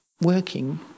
working